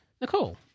Nicole